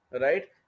right